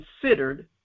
considered